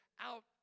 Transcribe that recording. out